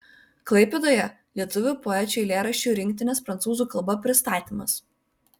klaipėdoje lietuvių poečių eilėraščių rinktinės prancūzų kalba pristatymas